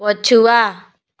ପଛୁଆ